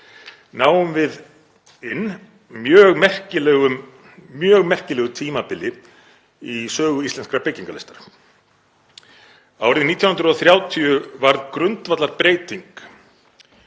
náum við inn mjög merkilegu tímabili í sögu íslenskrar byggingarlistar. Árið 1930 varð grundvallarbreyting